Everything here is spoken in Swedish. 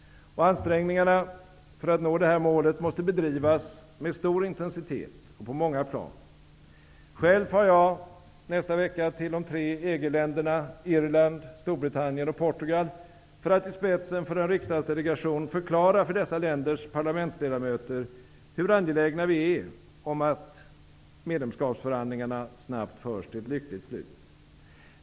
Ansträngningarna för att nå detta mål måste bedrivas med stor intensitet och på många plan. Själv far jag nästa vecka till de tre EG-länderna Irland, Storbritannien och Portugal för att i spetsen för en riksdagsdelegation förklara för dessa länders parlamentsledamöter hur angelägna vi är om att medlemskapsförhandlingarna snabbt förs till ett lyckligt slut.